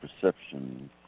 perception